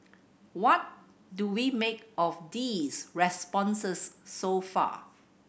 what do we make of these responses so far